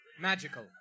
Magical